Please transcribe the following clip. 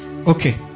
Okay